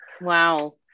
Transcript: Wow